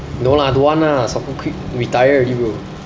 no lah don't want lah soccer quit retire already bro